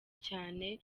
cyane